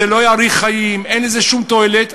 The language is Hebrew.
שזה לא יאריך חיים ושאין בזה שום תועלת,